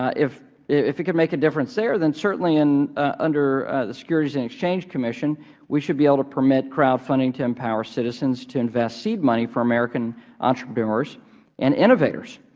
ah if if it could make a difference there, then certainly and under the securities and exchange commission we should be able it permit crowdfunding to empower citizens to invest seed money for american entrepreneurs and innovators.